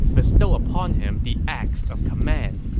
bestow upon him the axe of command,